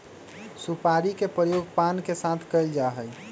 सुपारी के प्रयोग पान के साथ कइल जा हई